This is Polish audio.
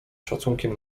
szacunkiem